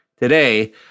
Today